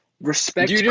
Respect